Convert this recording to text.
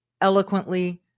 eloquently